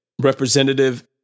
Representative